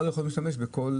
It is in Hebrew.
בכל